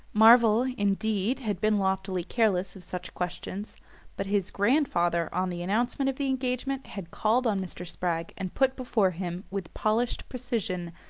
marvell, indeed, had been loftily careless of such questions but his grandfather, on the announcement of the engagement, had called on mr. spragg and put before him, with polished precision,